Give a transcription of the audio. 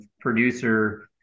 producer